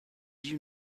you